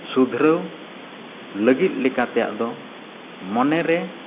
ᱥᱩᱫᱷᱨᱟᱹᱣ ᱞᱟᱹᱜᱤᱫ ᱞᱮᱠᱟ ᱛᱮᱭᱟᱜ ᱫᱚ ᱢᱚᱱᱮ ᱨᱮ